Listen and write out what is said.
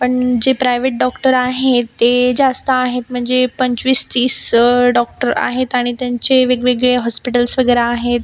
पण जे private doctor आहेत ते जास्त आहेत म्हणजे पंचवीसतीस डॉक्टर आहेत आणि त्यांचे वेगवेगळे हॉस्पिटल्स वगैरे आहेत